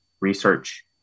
research